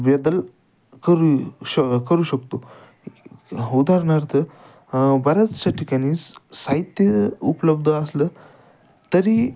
बदल करू श करू शकतो उदाहरणार्थ बऱ्याचशा ठिकाणी स् साहित्य उपलब्ध असलं तरी